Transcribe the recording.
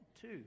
two